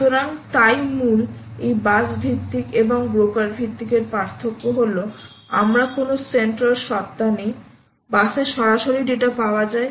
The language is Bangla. সুতরাং তাই মূল এই বাস ভিত্তিক এবং ব্রোকার ভিত্তিক এর পার্থক্য হল আমরা কোনও সেন্ট্রাল সত্ত্বা নেই বাসে সরাসরি ডেটা পাওয়া যায়